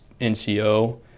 NCO